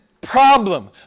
problem